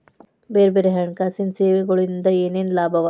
ಬ್ಯಾರೆ ಬ್ಯಾರೆ ಹಣ್ಕಾಸಿನ್ ಸೆವೆಗೊಳಿಂದಾ ಏನೇನ್ ಲಾಭವ?